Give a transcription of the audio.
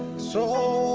so